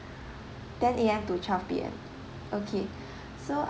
ten A_M to twelve P_M okay so